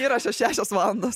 įrašo šešios valandos